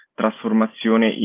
trasformazione